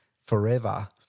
forever